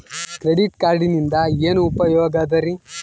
Credit ಕಾರ್ಡಿನಿಂದ ಏನು ಉಪಯೋಗದರಿ?